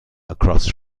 across